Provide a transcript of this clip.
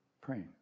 praying